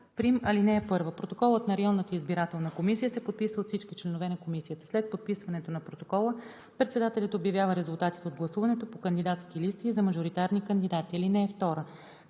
Чл. 306с'. (1) Протоколът на районната избирателна комисия се подписва от всички членове на комисията. След подписването на протокола председателят обявява резултатите от гласуването по кандидатски листи и за мажоритарни кандидати. (2)